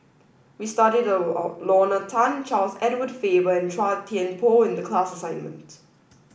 we studied Lorna Tan Charles Edward Faber and Chua Thian Poh in the class assignment